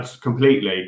completely